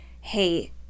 hey